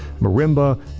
marimba